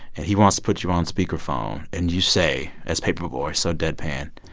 and he wants to put you on speakerphone. and you say as paper boi, so deadpan,